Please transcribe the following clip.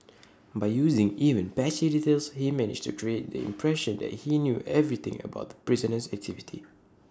by using even patchy details he managed to create the impression that he knew everything about the prisoner's activity